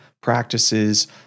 practices